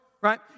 right